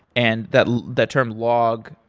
and that that term log,